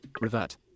Revert